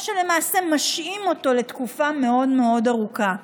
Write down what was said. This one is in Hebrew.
או למעשה משעים אותו לתקופה מאוד מאוד ארוכה.